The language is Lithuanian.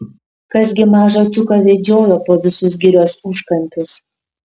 kas gi mažą čiuką vedžiojo po visus girios užkampius